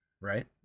right